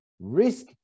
risk